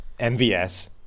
MVS